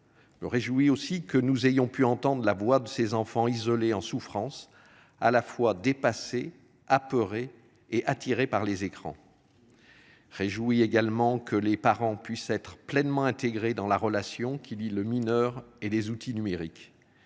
Me réjouit aussi que nous ayons pu entende la voix de ses enfants isolés en souffrance à la fois dépassé apeurés et attirés par les écrans. Réjouit également que les parents puissent être pleinement. Dans la relation qui lie le mineur et les outils numériques.